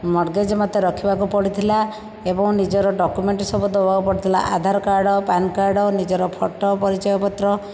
mortgage ମୋତେ ରଖିବାକୁ ପଡ଼ିଥିଲା ଏବଂ ନିଜର ଡକୁମେଣ୍ଟ ସବୁ ଦେବାକୁ ପଡ଼ିଥିଲା ଆଧାର କାର୍ଡ଼ ପ୍ୟାନକାର୍ଡ଼ ଆଉ ନିଜର ଫଟୋ ପରିଚୟପତ୍ର